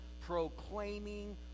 proclaiming